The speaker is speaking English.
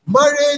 Marriage